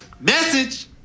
Message